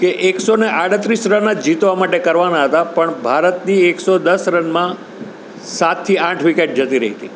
કે એકસો ને આડત્રીસ રન જ જીતવાં માટે કરવાનાં હતાં પણ ભારતની એકસો દસ રનમાં સાતથી આઠ વિકેટ જતી રહી હતી